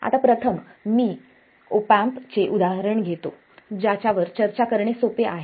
आता मी प्रथम ऑप एम्प चे उदाहरण घेतो ज्यावर चर्चा करणे सोपे आहे